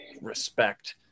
respect